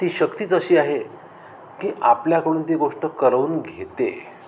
ती शक्तीच अशी आहे की आपल्याकडून ती गोष्ट करवून घेते